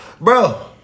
bro